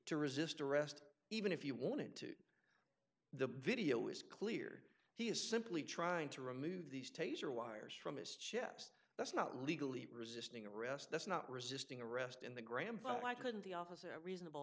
to resist arrest even if you wanted to the video is clear he is simply trying to remove these taser wires from his chest that's not legally resisting arrest that's not resisting arrest in the graham well i couldn't the officer reasonable